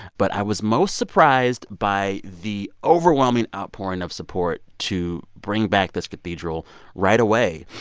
but i was most surprised by the overwhelming outpouring of support to bring back this cathedral right away.